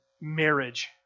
marriage